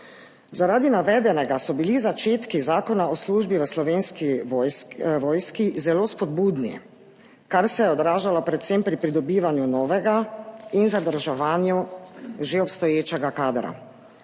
Zaradi navedenega so bili začetki Zakona o službi v Slovenski vojski zelo spodbudni, kar se je odražalo predvsem pri pridobivanju novega in zadrževanju že obstoječega kadra.